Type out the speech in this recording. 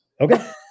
okay